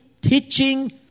teaching